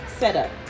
Setup